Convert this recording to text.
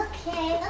Okay